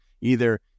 either-